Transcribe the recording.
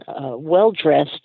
well-dressed